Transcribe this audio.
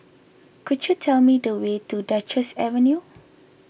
could you tell me the way to Duchess Avenue